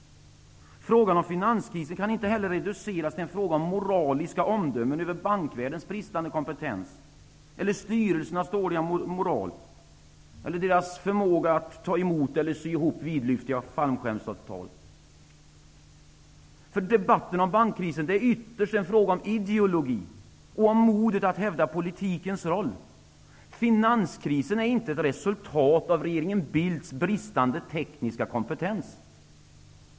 Frågan om finanskrisen kan inte heller reduceras till en fråga om moraliska omdömen om bankvärldens bristande kompetens, styrelsernas dåliga moral eller deras förmåga att ta emot eller sy ihop vidlyftiga fallskärmsavtal. Debatten om bankkrisen är ytterst en fråga om ideologi och om modet att hävda politikens roll. Finanskrisen är inte ett resultat av regeringen Bildts bristande tekniska kompetens.